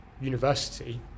university